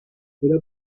era